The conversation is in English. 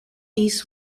east